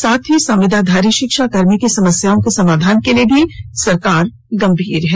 साथ ही संविदाधारी शिक्षा कर्मी की समस्याओं के समाधान के लिए भी सरकार गंभीर है